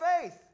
faith